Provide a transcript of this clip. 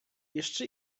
jeszcze